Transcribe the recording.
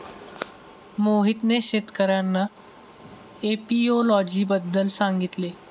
मोहितने शेतकर्यांना एपियोलॉजी बद्दल सांगितले